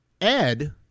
Ed